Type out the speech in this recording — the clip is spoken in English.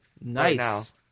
Nice